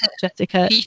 Jessica